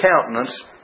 countenance